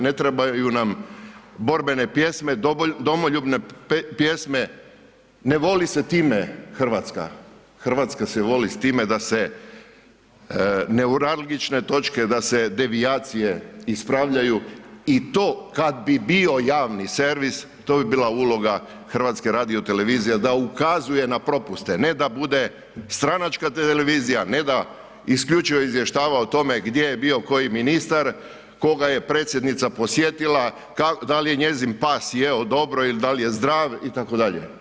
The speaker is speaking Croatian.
Ne treba ju nam borbene pjesme, domoljubne pjesme, ne voli se time Hrvatska, Hrvatska se voli time da se neuralgične točke da se, devijacije ispravljaju i to kad bi bio javni servis, to bi bila uloga HRT-a, da ukazuje na propuste, ne da bude stranačka televizija, ne da isključivo izvještava o tome gdje je bio koji ministar, koga je Predsjednica posjetila, da li je njezin pas jeo dobro i da li je zdrav itd.